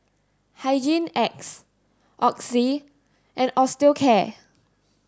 Hygin X Oxy and Osteocare